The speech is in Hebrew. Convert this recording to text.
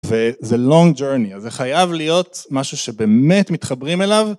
וזה long journey אז זה חייב להיות משהו שבאמת מתחברים אליו